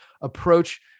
approach